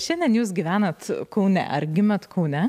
šiandien jūs gyvenat kaune ar gimėt kaune